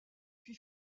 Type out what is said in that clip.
puis